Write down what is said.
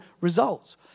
results